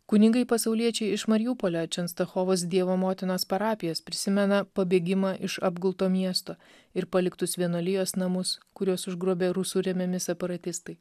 kunigai pasauliečiai iš mariupolio čenstachovos dievo motinos parapijos prisimena pabėgimą iš apgulto miesto ir paliktus vienuolijos namus kuriuos užgrobė rusų remiami separatistai